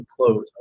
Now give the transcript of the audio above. close